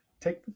take